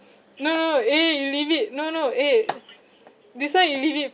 no no eh you leave it no no eh this [one] you leave it